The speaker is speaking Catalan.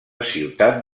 ciutat